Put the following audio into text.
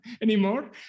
anymore